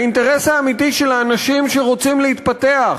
האינטרס האמיתי של האנשים שרוצים להתפתח,